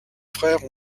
frères